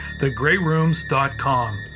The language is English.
thegreatrooms.com